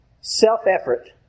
self-effort